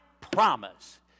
promise